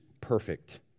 perfect